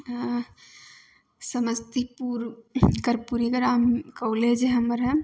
अऽ समस्तीपुर कर्पूरी ग्राम कॉलेज हमर हइ